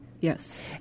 Yes